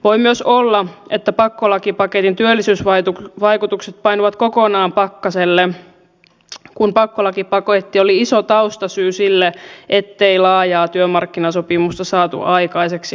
voi myös olla että pakkolakipaketin työllisyysvaikutukset painuvat kokonaan pakkaselle kun pakkolakipaketti oli iso taustasyy sille ettei laajaa työmarkkinasopimusta saatu aikaiseksi